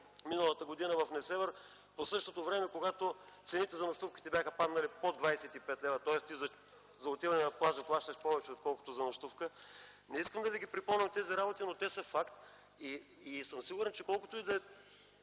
миналата година в Несебър по същото време, когато цените за нощувките бяха паднали под 25 лв., тоест ти за отиване на плаж плащаш повече, отколкото за нощувка. Не искам да Ви ги припомням тези работи, но те са факт и съм сигурен, че колкото и